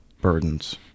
burdens